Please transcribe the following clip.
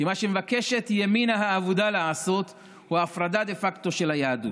כי מה שמבקשת ימינה האבודה לעשות הוא הפרדה דה פקטו של היהדות.